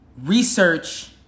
research